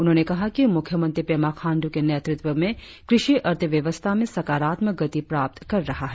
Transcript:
उन्होंने कहा कि मुख्य मंत्री पेमा खांडू के नेतृत्व में कृषि अर्थव्यवस्था में सकारात्मक गति प्राप्त कर रहा है